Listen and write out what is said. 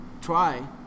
try